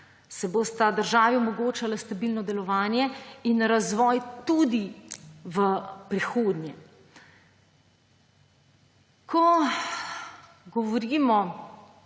saj bosta državi omogočala stabilno delovanje in razvoj tudi v prihodnje. Ko govorimo